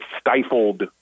stifled